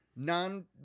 Non